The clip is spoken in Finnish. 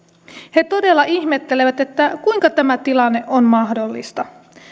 he todella ihmettelevät kuinka tämä tilanne on mahdollista